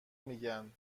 میگن